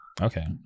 Okay